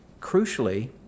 crucially